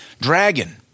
Dragon